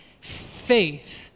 faith